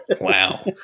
wow